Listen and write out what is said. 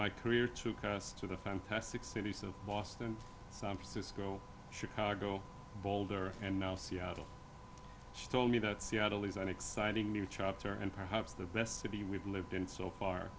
my career took us to the fantastic cities of boston san francisco chicago boulder and now seattle told me that seattle is an exciting new chapter and perhaps the best city we've lived in so far